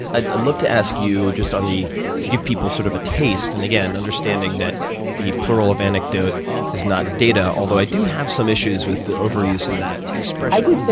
i'd love to ask you, just on the to give people sort of a taste, and again, understanding that the plural of anecdote is not data, although i do have some issues with the over-use of that expression. i do, too.